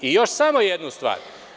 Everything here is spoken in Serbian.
Još samo jednu stvar.